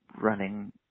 running